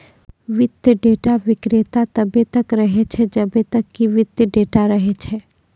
वित्तीय डेटा विक्रेता तब्बे तक रहै छै जब्बे तक कि वित्तीय डेटा रहै छै